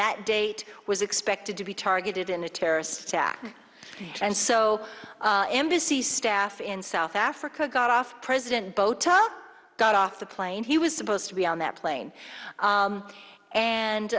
that date was expected to be targeted in a terrorist attack and so busy staff in south africa got off president bowtell got off the plane he was supposed to be on that plane